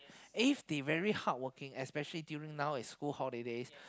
if they very hardworking especially during now is school holidays